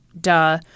Duh